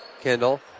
Kendall